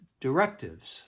directives